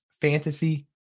Fantasy